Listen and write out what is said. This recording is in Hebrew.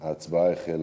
ההצבעה החלה.